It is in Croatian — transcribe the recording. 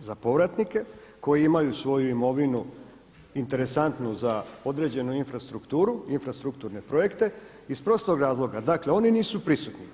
za povratnike koji imaju svoju imovinu interesantnu za određenu infrastrukturu, infrastrukturne projekte iz prostog razloga, dakle oni nisu prisutni.